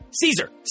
Caesar